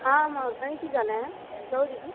हा मां हुतां ई पेई ॻाल्हायां चयो दीदी